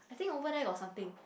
I think over there got something